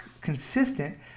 consistent